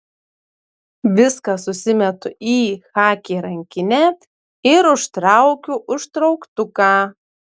viską susimetu į chaki rankinę ir užtraukiu užtrauktuką